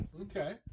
Okay